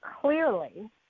clearly